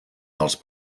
dels